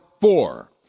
four